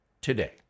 today